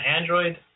Android